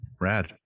rad